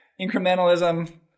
Incrementalism